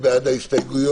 מי בעד ההסתייגויות?